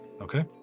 Okay